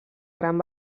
gran